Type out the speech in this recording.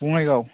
Bongaigaon